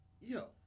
Yo